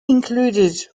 included